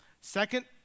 Second